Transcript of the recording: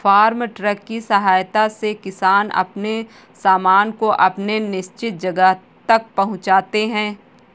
farm truck की सहायता से किसान अपने सामान को अपने निश्चित जगह तक पहुंचाते हैं